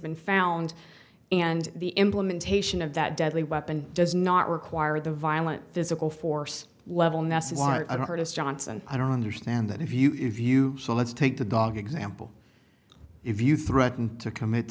been found and the implementation of that deadly weapon does not require the violent physical force level message an artist johnson i don't understand that if you view so let's take the dog example if you threaten to commit